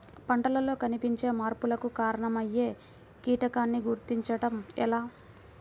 పంటలలో కనిపించే మార్పులకు కారణమయ్యే కీటకాన్ని గుర్తుంచటం ఎలా?